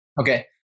Okay